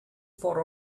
for